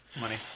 Money